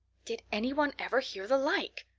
did anyone ever hear the like?